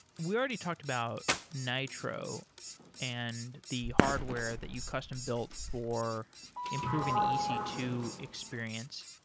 we already talked about nitro and the hardware that you custom-built for improving the e c two experience.